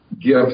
gifts